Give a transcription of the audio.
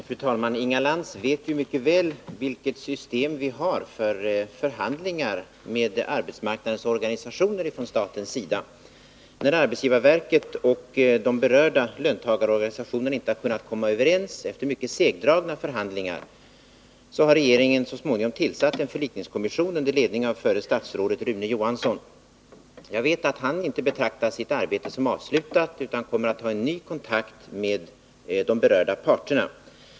Fru talman! Inga Lantz känner ju mycket väl till systemet för förhandlingar mellan staten och arbetsmarknadens organisationer. När arbetsgivarverket och de berörda löntagarorganisationerna efter mycket segdragna förhandlingar inte kunde komma överens, tillsatte regeringen så småningom en förlikningskommission under ledning av förra statsrådet Rune Johansson. Jag vet att han inte betraktar sitt arbete som avslutat utan kommer att ta en ny kontakt med de berörda parterna.